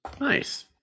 Nice